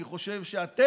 אני חושב שאתם,